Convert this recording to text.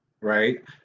right